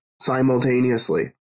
simultaneously